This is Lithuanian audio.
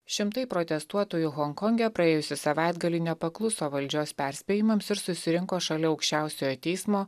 šimtai protestuotojų honkonge praėjusį savaitgalį nepakluso valdžios perspėjimams ir susirinko šalia aukščiausiojo teismo